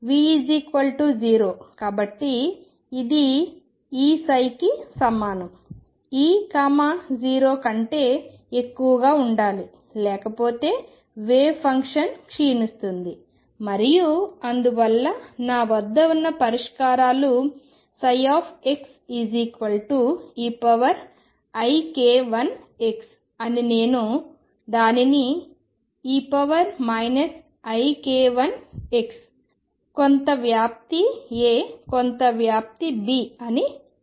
V0 కాబట్టి ఇది Eψకి సమానం E 0 కంటే ఎక్కువగా ఉండాలి లేకపోతే వేవ్ ఫంక్షన్ క్షీణిస్తుంది మరియు అందువల్ల నా వద్ద ఉన్న పరిష్కారాలు xeik1x అని నేను దానినిe ik1x కొంత వ్యాప్తి A కొంత వ్యాప్తి B అని పిలుస్తాను